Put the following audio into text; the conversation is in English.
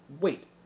wait